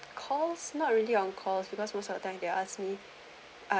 calls not really on calls because most of the time they ask me